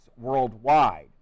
worldwide